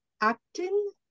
acting